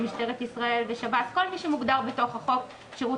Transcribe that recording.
משטרת ישראל ושב"ס כל מי שמוגדר בחוק שירות